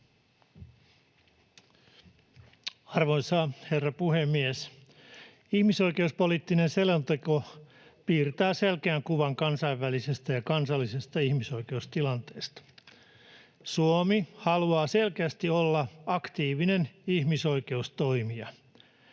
Arvoisa herra puhemies! Ihmisoi- keuspoliittinen selonteko piirtää selkeän kuvan kansainvälisestä ja kansallisesta ihmisoi-keustilanteesta. Suomi haluaa selkeästi olla aktiivinen ihmisoikeustoimija.